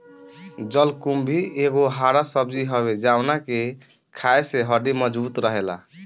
जलकुम्भी एगो हरा सब्जी हवे जवना के खाए से हड्डी मबजूत रहेला